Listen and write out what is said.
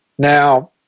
Now